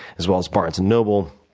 as well as barnes and noble.